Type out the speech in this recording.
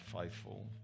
faithful